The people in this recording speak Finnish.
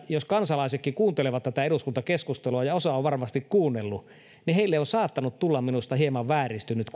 jos kansalaisetkin ovat kuunnelleet tätä eduskuntakeskustelua ja osa on varmasti kuunnellut heille on saattanut tulla mielestäni hieman vääristynyt